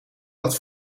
dat